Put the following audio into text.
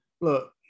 look